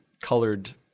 colored